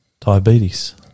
diabetes